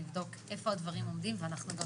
נבדוק איפה הדברים עומדים ואנחנו גם